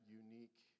unique